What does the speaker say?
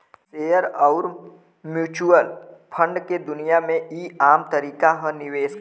share अउर mutual fund के दुनिया मे ई आम तरीका ह निवेश के